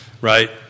Right